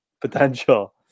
potential